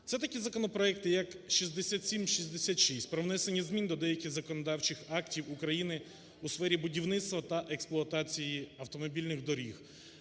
Це такі законопроекти як 6766 про внесення змін до деяких законодавчих актів України у сфері будівництва та експлуатації автомобільних доріг,